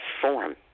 form